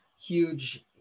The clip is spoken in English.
huge